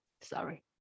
sorry